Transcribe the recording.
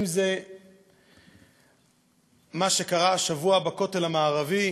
אם מה שקרה השבוע בכותל המערבי,